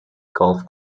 golf